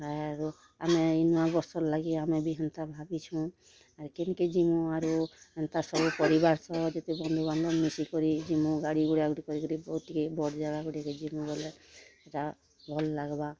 ଆରୁ ଆମେ ଇ ନୂଆବର୍ଷର୍ ଲାଗି ଆମେ ବି ହେନ୍ତା ଭାବିଛୁଁ ଆର୍ କେନକେ ଯିମୁ ଆରୁ ଏନ୍ତା ସବୁ ପରିବାର୍ ସହ ଯେତେ ବନ୍ଧୁ ବାନ୍ଧବ୍ ମିଶିକରି ଯିମୁ ଗାଡ଼ିଗୁଡ଼ା ଗୁଟେ କରିକରି ଟିକେ ବଡ଼୍ ଜାଗାକେ ଯିମୁ ବୋଲେ ଭଲ୍ ଲାଗବା